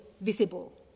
visible